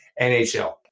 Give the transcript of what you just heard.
NHL